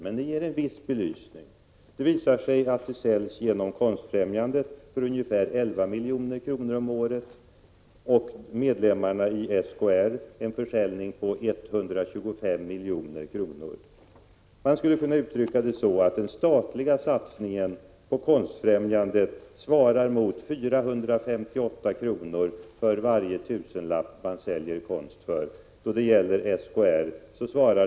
Genom Konstfrämjandet sker en försäljning av ungefär 11 milj.kr. om året, medan medlemmarna i SKR säljer för ca 125 milj.kr. Man skulle kunna uttrycka det så att den statliga satsningen på Konstfrämjandet svarar mot 458 kronor för varje tusenlapp som Konstfrämjandet säljer konst för.